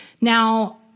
Now